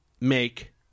make